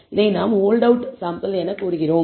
இதை நாம் hold out sample எனக் கூறுகிறோம்